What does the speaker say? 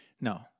No